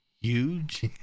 huge